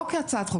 לא כהצעת חוק.